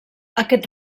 aquest